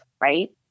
right